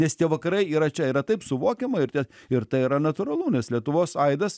nes tie vakarai yra čia yra taip suvokiama ir ten ir tai yra natūralu nes lietuvos aidas